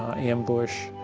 ah ambush,